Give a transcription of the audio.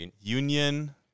Union